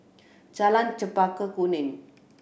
Jalan Chempaka Kuning